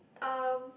um